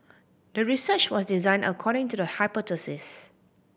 the research was designed according to the hypothesis